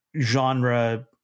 genre